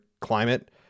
climate